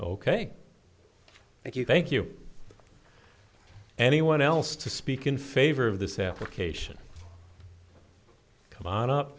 ok thank you thank you anyone else to speak in favor of this application come